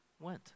went